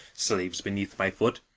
slaves beneath my foot